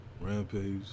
Rampage